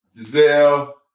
Giselle